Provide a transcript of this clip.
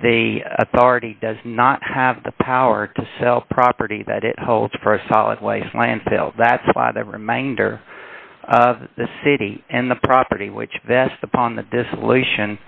the authority does not have the power to sell property that it holds for a solid waste landfill that's why the remainder of the city and the property which this upon the dissolution